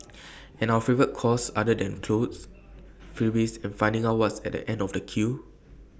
and our favourite cause other than clothes freebies and finding out what's at the end of A queue